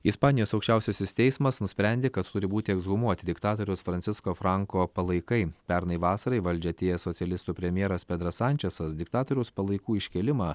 ispanijos aukščiausiasis teismas nusprendė kad turi būti ekshumuoti diktatoriaus fransisko franko palaikai pernai vasarą į valdžią atėjęs socialistų premjeras pedras sančesas diktatoriaus palaikų iškėlimą